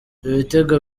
ibitego